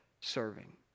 serving